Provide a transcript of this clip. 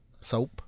soap